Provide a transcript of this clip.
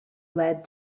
lead